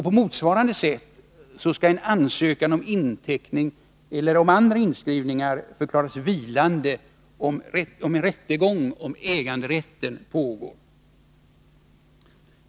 På motsvarande sätt skall en ansökan om inteckning eller om andra inskrivningar förklaras vilande, om en rättegång om äganderätten pågår.